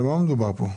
על מה מדובר כאן?